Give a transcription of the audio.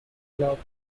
block